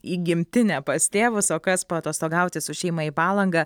į gimtinę pas tėvus o kas paatostogauti su šeima į palangą